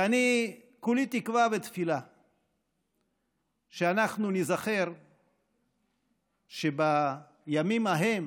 ואני כולי תקווה ותפילה שאנחנו ניזכר שבימים ההם,